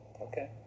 Okay